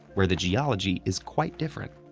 where the geology is quite different.